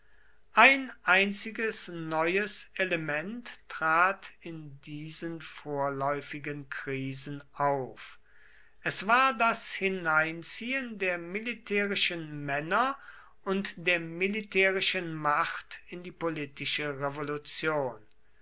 ein einziges neues element trat in diesen vorläufigen krisen auf es war das hineinziehen der militärischen männer und der militärischen macht in die politische revolution